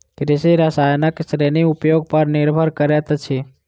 कृषि रसायनक श्रेणी उपयोग पर निर्भर करैत अछि